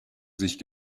sich